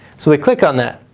so we click on that.